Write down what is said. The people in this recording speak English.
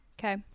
Okay